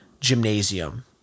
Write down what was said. gymnasium